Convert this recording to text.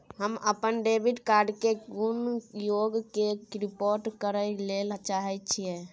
हम अपन debit card के गुम होय के रिपोर्ट करय ले चाहय छियै